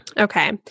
Okay